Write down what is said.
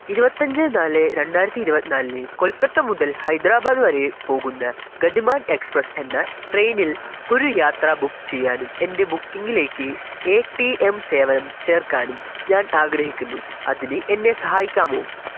ഇരുപത്തിയഞ്ച് നാല് രണ്ടായിരത്തി ഇരുപത്തിനാലിന് കൊൽക്കത്ത മുതൽ ഹൈദരാബാദ് വരെ പോകുന്ന ഗതിമാൻ എക്സ്പ്രസ് എന്ന ട്രെയിനിൽ ഒരു യാത്ര ബുക്ക് ചെയ്യാനും എൻ്റെ ബുക്കിംഗിലേക്ക് എ ടി എം സേവനം ചേർക്കാനും ഞാൻ ആഗ്രഹിക്കുന്നു അതിന് എന്നെ സഹായിക്കാമോ